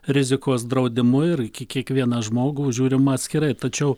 rizikos draudimu ir į ki kiekvieną žmogų žiūrima atskirai tačiau